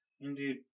Indeed